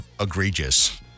egregious